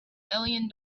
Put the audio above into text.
million